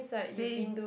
they